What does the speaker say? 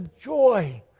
joy